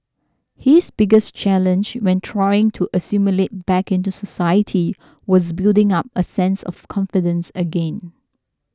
his biggest challenge when trying to assimilate back into society was building up a sense of confidence again